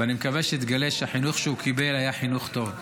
אני מקווה שתגלה שהחינוך שהוא קיבל היה חינוך טוב.